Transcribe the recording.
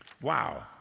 Wow